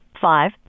five